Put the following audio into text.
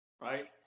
right